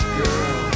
girl